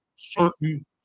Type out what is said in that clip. certain